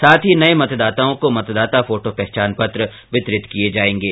साथ ही नये मतदाताओं को मतदाता फोटो पहचान पत्र प्रदान किये जायेंगे